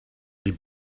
die